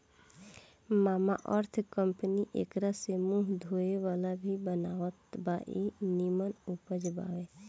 Mamaearth company एकरा से मुंह धोए वाला भी बनावत बा इ निमन उपज बावे